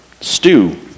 stew